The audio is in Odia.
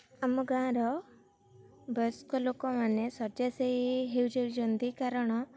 ଆମ ଗାଁର ବୟସ୍କଲୋକମାନେ ଶଯ୍ୟାଶାୟୀ ହୋଇଯାଉଛନ୍ତି କାରଣ